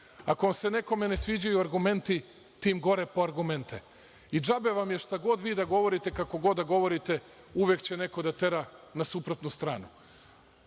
Ako se nekome ne sviđaju argumenti, tim gore po argumente. I, džabe vam je šta god vi da govorite, kako god da govorite, uvek će neko da tera na suprotnu stranu.